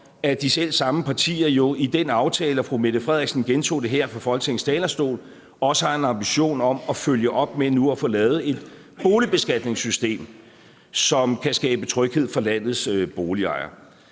at de selv samme partier jo i den aftale – og fru Mette Frederiksen gentog det her fra Folketingets talerstol – også har en ambition om at følge op med nu at få lavet et boligbeskatningssystem, som kan skabe tryghed for landets boligejere.